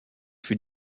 fut